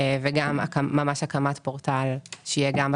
אני מאוד מבקש לדעת לאן זה הלך,